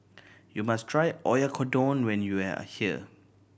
you must try Oyakodon when you are here